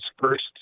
first